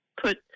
put